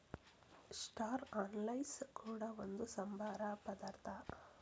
star anise ಕೂಡ ಒಂದು ಸಾಂಬಾರ ಪದಾರ್ಥ